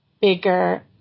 bigger